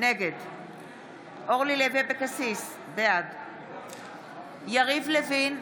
נגד אורלי לוי אבקסיס, בעד יריב לוין,